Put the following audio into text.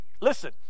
listen